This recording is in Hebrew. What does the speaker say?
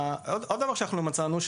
דבר שאנחנו מצאנו,